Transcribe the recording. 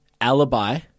Alibi